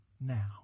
now